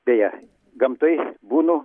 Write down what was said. beje gamtoj būnu